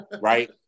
right